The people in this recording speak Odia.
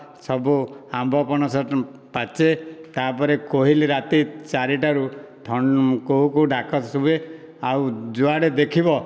ସବୁ ଆମ୍ବ ପଣସ ପାଚେ ତାପରେ କୋଇଲି ରାତି ଚାରି ଟାରୁ କୁହୁକୁହୁ ଡାକ ଶୁଭେ ଆଉ ଯୁଆଡେ ଦେଖିବ